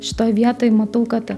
šitoj vietoj matau kad